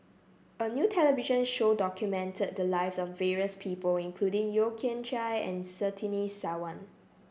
a new television show documented the lives of various people including Yeo Kian Chye and Surtini Sarwan